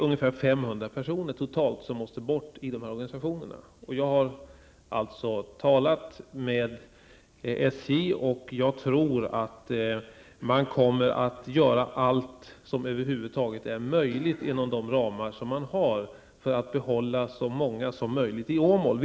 Ungefär 500 personer måste bort i denna organisation. Jag har alltså talat med SJ, och jag tror att man kommer att göra allt som över huvud taget är möjligt inom de ramar som man har för att behålla så många som möjligt i Åmål.